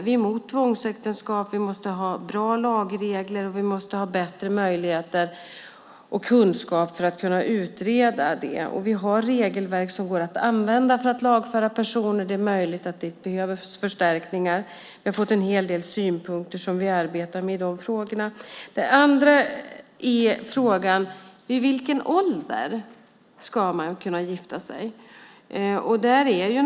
Vi är emot tvångsäktenskap. Vi måste ha bra lagregler, och vi måste ha bättre möjligheter och kunskaper för att kunna utreda detta. Och vi har regelverk som går att använda för att lagföra personer. Det är möjligt att det behövs förstärkningar. Vi har fått en hel del synpunkter som vi arbetar med i dessa frågor. Den andra frågan är vid vilken ålder man ska kunna gifta sig.